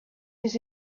his